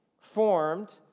formed